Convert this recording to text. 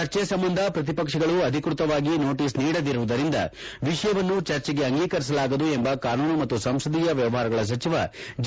ಚರ್ಚೆ ಸಂಬಂಧ ಪ್ರತಿಪಕ್ಷಗಳು ಅಧಿಕೃತವಾಗಿ ನೋಟೀಸ್ ನೀಡದಿರುವುದರಿಂದ ವಿಷಯವನ್ನು ಚರ್ಚೆಗೆ ಅಂಗೀಕರಿಸಲಾಗದು ಎಂಬ ಕಾನೂನು ಮತ್ತು ಸಂಸದೀಯ ವ್ಯವಹಾರಗಳ ಸಚಿವ ಜೆ